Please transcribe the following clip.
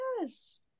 yes